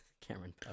Cameron